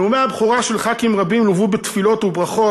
נאומי הבכורה של חברי כנסת רבים לוו בתפילות וברכות.